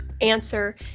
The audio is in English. answer